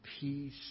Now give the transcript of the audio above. peace